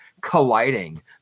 colliding